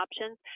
options